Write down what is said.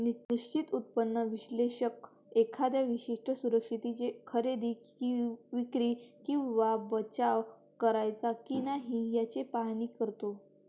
निश्चित उत्पन्न विश्लेषक एखाद्या विशिष्ट सुरक्षिततेची खरेदी, विक्री किंवा बचाव करायचा की नाही याचे पाहणी करतो